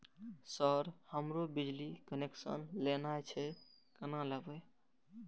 Sir हमरो बिजली connection लेना छे केना लेबे?